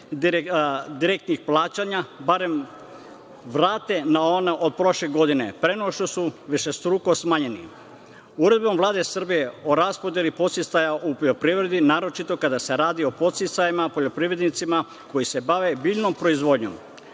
direktnih plaćanja, barem vrate na ona od prošle godine, pre nego što su višestruko smanjeni. Uredbom Vlade Srbije o raspodeli podsticaja u poljoprivredi, naročito kada se radi o podsticajima poljoprivrednicima koji se bave biljnom proizvodnjom.